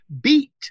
beat